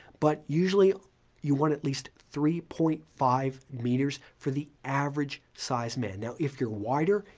but usually you want at least three point five meters for the average size man. now, if you're wider,